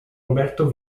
roberto